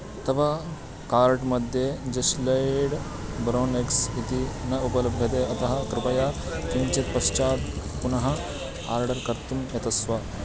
तव कार्ट् मध्ये Jess Lad Brown X इति न उपलभ्यते अतः कृपया किञ्चित् पश्चात् पुनः आर्डर् कर्तुं यतस्व